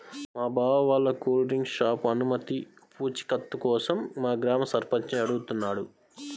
మా బావ వాళ్ళ కూల్ డ్రింక్ షాపు అనుమతి పూచీకత్తు కోసం మా గ్రామ సర్పంచిని అడుగుతున్నాడు